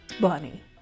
Bunny